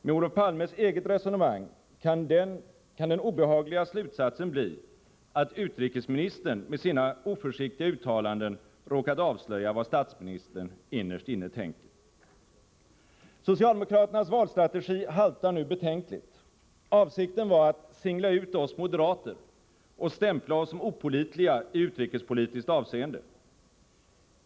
Med Olof Palmes eget resonemang kan den obehagliga slutsatsen bli att utrikesministern med sina oförsiktiga uttalanden råkat avslöja vad statsministern innerst inne tänker. Socialdemokraternas valstrategi haltar nu betänkligt. Avsikten var att singla ut oss moderater och stämpla oss som opålitliga i utrikespolitiskt avseende.